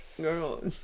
girl